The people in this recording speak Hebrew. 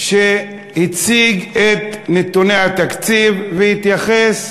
שהציג את נתוני התקציב והתייחס